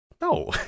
no